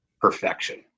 perfection